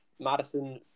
Madison